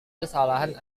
kesalahan